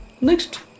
Next